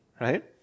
right